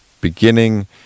beginning